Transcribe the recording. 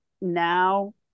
now